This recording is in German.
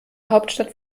hauptstadt